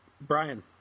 Brian